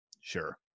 Sure